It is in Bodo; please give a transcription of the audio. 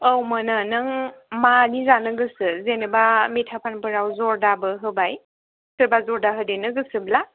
औ मोनो नों मानि जानो गोसो जेनेबा मिथापानफोराव जरदाबो होबाय सोरबा जरदा होदेरनो गोसोब्ला